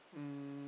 um